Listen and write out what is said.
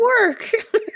work